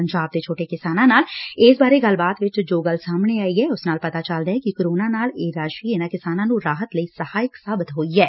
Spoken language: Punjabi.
ਪੰਜਾਬ ਦੇ ਛੋਟੇ ਕਿਸਾਨਾਂ ਨਾਲ ਇਸ ਬਾਰੇ ਗੱਲਬਾਤ ਵਿਚ ਜੋ ਗੱਲ ਸਾਹਮਣੇ ਆਈ ਏ ਉਸ ਨਾਲ ਪਤਾ ਚਲਦਾ ਐ ਕਿ ਕੋਰੋਨਾ ਕਾਲ ਚ ਇਹ ਰਾਸ਼ੀ ਕਿਸਾਨਾਂ ਨੂੰ ਰਾਹਤ ਲਈ ਸਹਾਇਕ ਸਾਬਤ ਹੋਈ ਏ